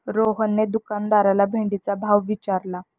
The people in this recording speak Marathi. रोहनने दुकानदाराला भेंडीचा भाव विचारला